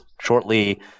shortly